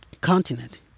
continent